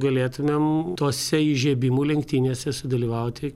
galėtumėm tose įžiebimų lenktynėse sudalyvauti